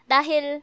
Dahil